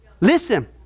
Listen